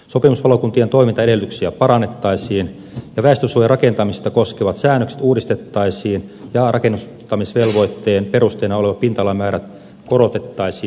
sopimuspalokuntien toimintaedellytyksiä parannettaisiin väestönsuojarakentamista koskevat säännökset uudistettaisiin ja rakennuttamisvelvoitteen perusteena olevia pinta alamääriä korotettaisiin nykyisestä